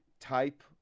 type